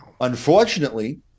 Unfortunately